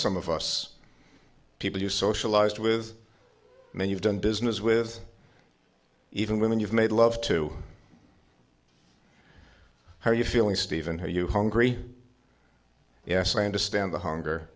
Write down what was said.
some of us people you socialized with and you've done business with even when you've made love to how are you feeling steven how you hungry yes i understand the hunger